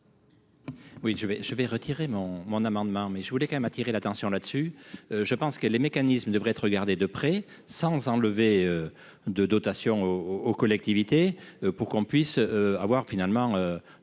vais je vais retirer mon mon amendement, mais je voulais quand même attirer l'attention là-dessus, je pense que les mécanismes devraient être regardé de près sans enlever de dotation au aux collectivités pour qu'on puisse avoir finalement